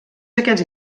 aquests